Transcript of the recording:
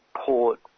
port